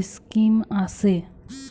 scheme আসে